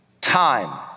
Time